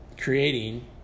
creating